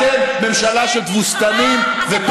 אתם מפלגה של ביטחוניסטים.